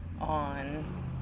on